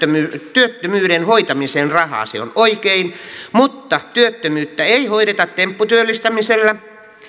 työttömyyden hoitamiseen rahaa se on oikein mutta työttömyyttä ei hoideta tempputyöllistämisellä